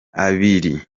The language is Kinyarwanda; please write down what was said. abiri